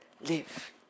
live